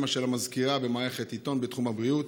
אימא שלה מזכירה במערכת עיתון בתחום הבריאות.